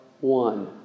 one